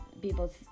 People